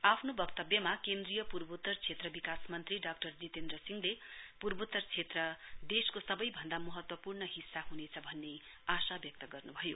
आफ्नो वक्तव्यमा केन्द्रीय पूर्वोत्तर क्षेत्र विकास मन्त्री डाक्टर जितेन्द्र सिंहले पूर्वोत्तर क्षेत्र देशको सबैभन्दा महत्वपूर्ण हिस्सा ह्नेछ भन्ने आशा व्यक्त गर्न्भयो